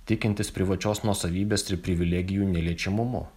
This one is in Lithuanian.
tikintis privačios nuosavybės ir privilegijų neliečiamumu